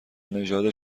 نژاد